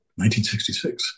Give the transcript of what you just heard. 1966